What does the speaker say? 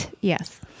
yes